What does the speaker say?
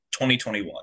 2021